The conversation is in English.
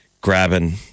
grabbing